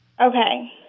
Okay